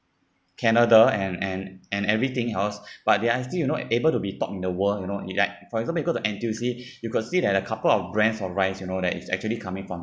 canada and and and everything else but they are still you know able to be top in the world you know it like for example you go to N_T_U_C you could see that a couple of brands of rice you know that it's actually coming from